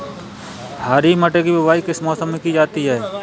हरी मटर की बुवाई किस मौसम में की जाती है?